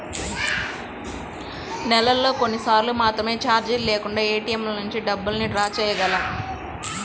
నెలలో కొన్నిసార్లు మాత్రమే చార్జీలు లేకుండా ఏటీఎంల నుంచి డబ్బుల్ని డ్రా చేయగలం